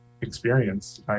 experience